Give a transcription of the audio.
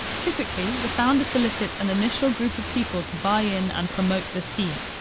typically, the founder solicits an initial group of people to buy in and promote the scheme.